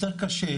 יותר קשה,